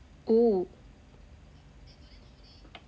oo